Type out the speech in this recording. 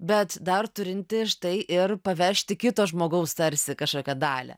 bet dar turinti štai ir pavežti kito žmogaus tarsi kažkokią dalį